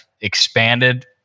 expanded